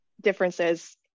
differences